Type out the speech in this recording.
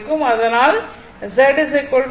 அதனால் Z R j XL Xc அதாவது இது R